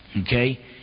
Okay